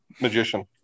magician